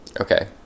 Okay